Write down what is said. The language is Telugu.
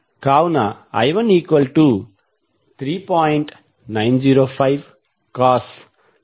కావున i13